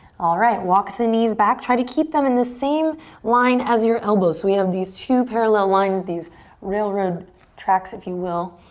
alright, walk the knees back. try to keep them in the same line as your elbows so we have these two parallel lines, these railroad tracks if you will,